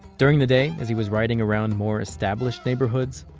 during the day, as he was riding around more established neighborhoods,